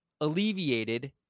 alleviated